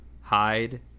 hide